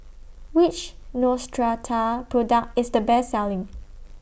Which Neostrata Product IS The Best Selling